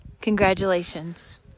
Congratulations